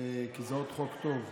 כי זה עוד חוק טוב,